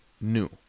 new